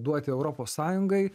duoti europos sąjungai